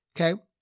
okay